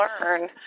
learn